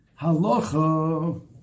Halacha